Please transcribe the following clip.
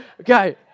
Okay